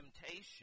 temptation